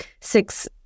six